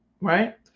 Right